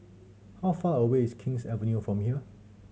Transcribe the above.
how far away is King's Avenue from here